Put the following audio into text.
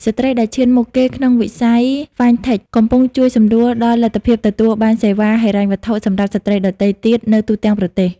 ស្ត្រីដែលឈានមុខគេក្នុងវិស័យ Fintech កំពុងជួយសម្រួលដល់លទ្ធភាពទទួលបានសេវាហិរញ្ញវត្ថុសម្រាប់ស្ត្រីដទៃទៀតនៅទូទាំងប្រទេស។